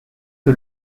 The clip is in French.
que